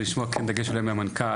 אבל לשמוע דגש מהמנכ"ל,